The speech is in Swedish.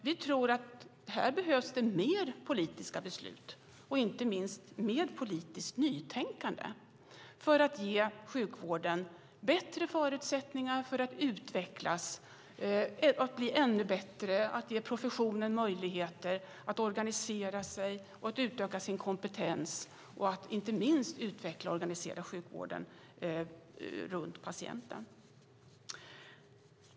Vi tror att här behövs det mer politiska beslut och inte minst mer politiskt nytänkande för att ge sjukvården bättre förutsättningar att utvecklas, bli ännu bättre, ge professionen möjligheter att organisera sig och utöka sin kompetens och att inte minst utveckla och organisera sjukvården runt patienten.